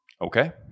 Okay